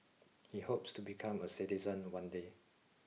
he hopes to become a citizen one day